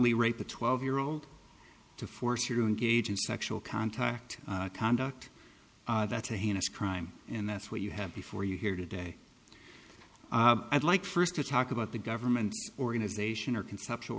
my rape a twelve year old to force you and gauge and sexual contact conduct that's a heinous crime and that's what you have before you here today i'd like first to talk about the government organization or conceptual